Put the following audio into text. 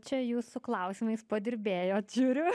čia jūs su klausimais padirbėjot žiūriu